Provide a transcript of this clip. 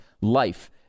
life